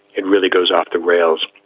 it really goes off the rails.